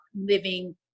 living